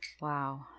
Wow